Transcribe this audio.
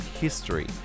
history